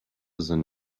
than